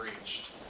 reached